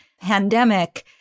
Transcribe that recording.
pandemic